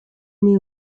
меня